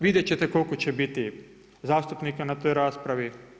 Vidjeti ćete koliko će biti zastupnika na toj raspravi.